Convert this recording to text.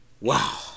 wow